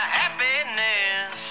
happiness